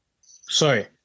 Sorry